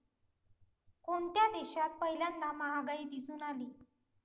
कोणत्या देशात पहिल्यांदा महागाई दिसून आली?